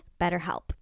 BetterHelp